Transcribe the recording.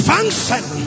function